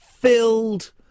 filled